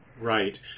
Right